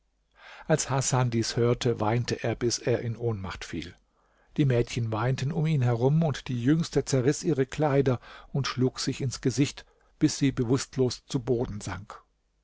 als hasan dies hörte weinte er bis er in ohnmacht fiel die mädchen weinten um ihn herum und die jüngste zerriß ihre kleider und schlug sich ins gesicht bis sie bewußtlos zu boden sank